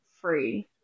free